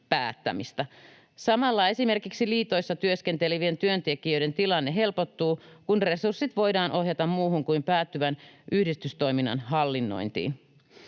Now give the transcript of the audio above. päättämistä. Samalla esimerkiksi liitoissa työskentelevien työntekijöiden tilanne helpottuu, kun resurssit voidaan ohjata muuhun kuin päättyvän yhdistystoiminnan hallinnointiin.